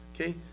Okay